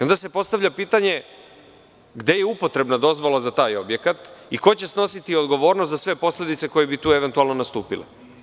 Onda se postavlja pitanje – gde je upotrebna dozvola za taj objekat i ko će snositi odgovornost za sve posledice koje bi tu eventualno nastupile?